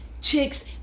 chicks